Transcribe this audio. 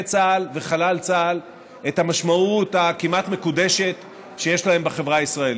צה"ל וחלל צה"ל את המשמעות הכמעט-מקודשת שיש להם בחברה הישראלית.